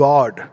God